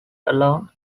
along